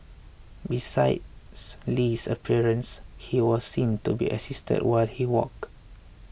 besides Li's appearance he was seen to be assisted while he walked